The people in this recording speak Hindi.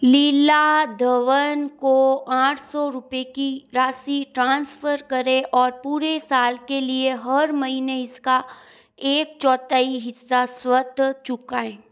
लीला धवन को आठ सौ रुपये की राशि ट्रांसफ़र करें और पूरे साल के लिए हर महीने इसका एक चौथाई हिस्सा स्वतः चुकाएँ